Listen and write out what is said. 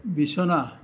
বিছনা